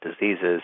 diseases